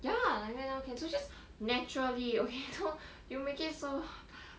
ya I mean I can you just naturally okay cannot already so